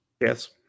Yes